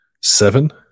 seven